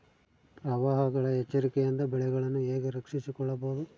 ಪ್ರವಾಹಗಳ ಎಚ್ಚರಿಕೆಯಿಂದ ಬೆಳೆಗಳನ್ನು ಹೇಗೆ ರಕ್ಷಿಸಿಕೊಳ್ಳಬಹುದು?